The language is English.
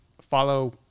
follow